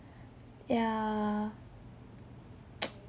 ya